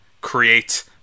create